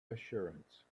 assurance